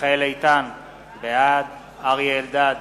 מיכאל איתן, בעד אריה אלדד,